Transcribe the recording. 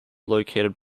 located